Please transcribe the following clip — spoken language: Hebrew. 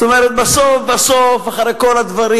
בסוף בסוף, אחרי כל הדברים